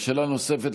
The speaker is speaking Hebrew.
שאלה נוספת,